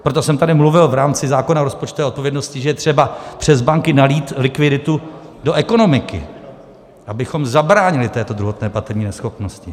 Proto jsem tady mluvil v rámci zákona o rozpočtové odpovědnosti, že je třeba přes banky nalít likviditu do ekonomiky, abychom zabránili této druhotné platební neschopnosti.